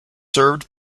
served